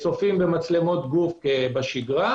צופים במצלמות גוף בשגרה,